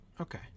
Okay